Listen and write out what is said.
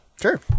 Sure